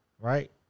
right